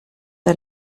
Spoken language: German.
ein